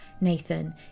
Nathan